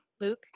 Luke